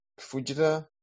Fujita